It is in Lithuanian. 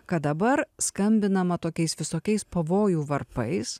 kad dabar skambinama tokiais visokiais pavojų varpais